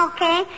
Okay